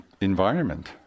environment